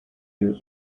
you